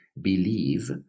believe